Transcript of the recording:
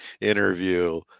interview